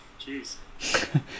jeez